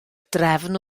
drefn